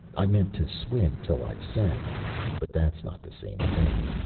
i meant to swim till i sank but that's not the same thing.